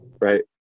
right